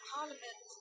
Parliament